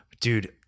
Dude